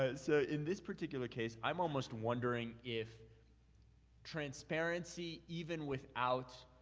ah so, in this particular case, i'm almost wondering if transparency even without